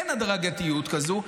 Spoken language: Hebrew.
אין הדרגתיות כזו,